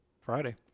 Friday